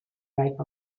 rape